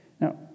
Now